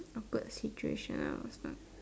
awkward situation I was stuck